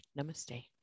Namaste